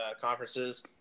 conferences